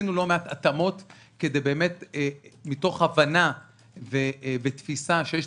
עשינו לא מעט התאמות מתוך הבנה ותפיסה שיש